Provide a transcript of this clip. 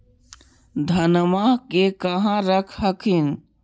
धनमा के कहा रख हखिन?